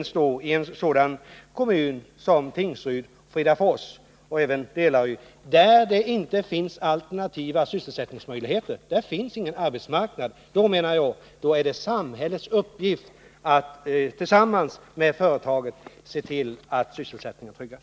Det gäller inte minst kommuner som Tingsryd, Fridafors och Delary, där det inte finns alternativa sysselsättningsmöjligheter. Där finns inga arbetstillfällen, och då är det enligt min mening samhällets uppgift att tillsammans med företaget se till att sysselsättningen tryggas.